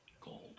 gold